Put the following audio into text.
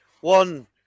One